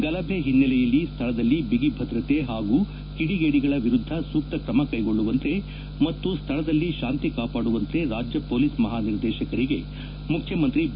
ಗಲಭೆ ಹಿನ್ನೆಲೆಯಲ್ಲಿ ಸ್ಥಳದಲ್ಲಿ ಬಿಗಿ ಭದ್ರತೆ ಹಾಗೂ ಕಿದಿಗೇಡಿಗಳ ವಿರುದ್ದ ಸೂಕ್ತ ಕ್ರಮ ಕೈಗೊಳ್ಳುವಂತೆ ಹಾಗೂ ಸ್ಥಳದಲ್ಲಿ ಶಾಂತಿ ಕಾಪಾಡುವಂತೆ ರಾಜ್ಯ ಪೊಲೀಸ್ ಮಹಾನಿರ್ದೇಶಕರಿಗೆ ಮುಖ್ಯಮಂತಿ ಬಿ